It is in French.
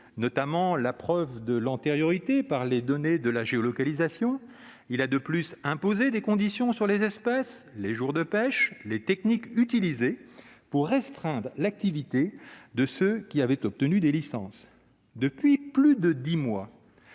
notamment la preuve de l'antériorité au moyen de données de géolocalisation. Il a en outre imposé des conditions sur les espèces, sur les jours de pêche et sur les techniques utilisées, afin de restreindre l'activité de ceux qui avaient obtenu des licences. Depuis plus de dix mois,